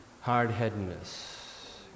hard-headedness